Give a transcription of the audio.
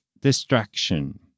Distraction